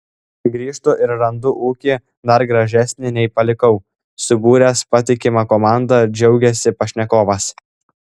grįžtu ir randu ūkį dar gražesnį nei palikau subūręs patikimą komandą džiaugiasi pašnekovas